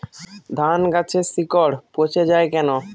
ধানগাছের শিকড় পচে য়ায় কেন?